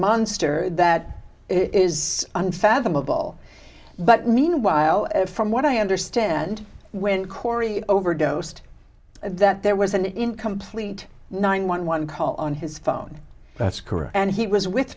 monster that is unfathomable but meanwhile from what i understand when corey overdosed that there was an incomplete nine one one call on his phone that's correct and he was with